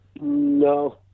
No